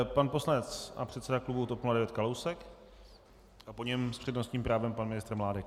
Pan poslanec a předseda klubu TOP 09 Kalousek a po něm s přednostním právem pan ministr Mládek.